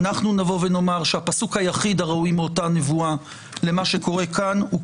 אנחנו נבוא ונאמר שהפסוק היחיד הראוי מאותה נבואה למה שקורה כאן הוא,